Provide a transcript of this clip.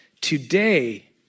Today